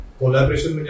collaboration